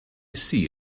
see